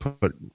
put